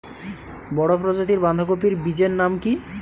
বড় প্রজাতীর বাঁধাকপির বীজের নাম কি?